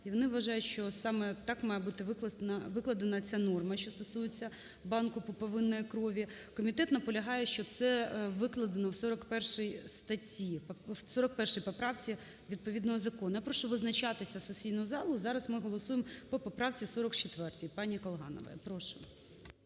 вони вважають, що саме так має бути викладена ця норма, що стосується Банку пуповинної крові. Комітет наполягає, що це викладено в 41 статті… в 41 поправці відповідного закону. Я прошу визначатися сесійну залу, зараз ми голосуємо по правці 44 пані Колганової. Прошу.